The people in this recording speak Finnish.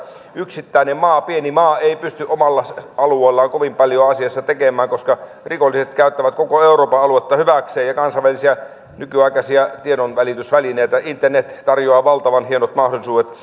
yksittäinen maa pieni maa ei pysty omalla alueellaan kovin paljoa asiassa tekemään koska rikolliset käyttävät koko euroopan aluetta hyväkseen ja kansainvälisiä nykyaikaisia tiedonvälitysvälineitä internet tarjoaa valtavan hienot mahdollisuudet